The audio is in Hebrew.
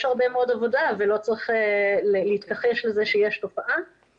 יש הרבה מאוד עבודה ולא צריך להתכחש לזה שיש תופעה,